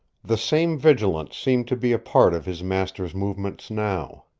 the same vigilance seemed to be a part of his master's movements now.